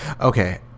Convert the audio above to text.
Okay